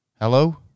Hello